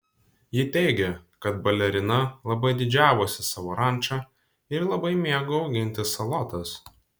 ji teigia kad balerina labai didžiavosi savo ranča ir labai mėgo auginti salotas